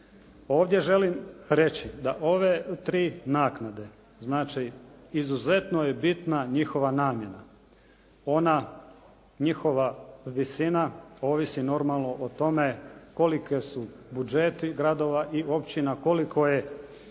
Ovdje želim reći da ove tri naknade, znači izuzetno je bitna njihova namjena. Ona njihova visina ovisi normalno o tome koliki su budžeti gradova i općina, kolika su